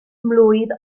mlwydd